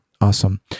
Awesome